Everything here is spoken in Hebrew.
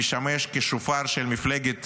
המשמש כשופר של מפלגת